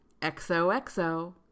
XOXO